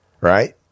right